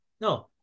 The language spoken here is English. no